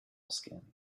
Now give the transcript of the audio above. skin